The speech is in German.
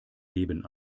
leben